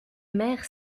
maires